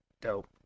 Dope